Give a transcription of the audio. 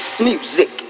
music